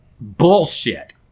Bullshit